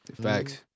Facts